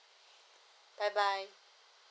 bye bye